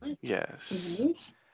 Yes